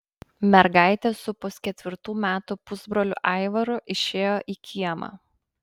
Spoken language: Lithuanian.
mergaitė su pusketvirtų metų pusbroliu aivaru išėjo į kiemą